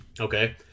Okay